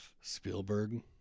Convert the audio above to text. Spielberg